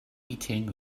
eating